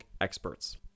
experts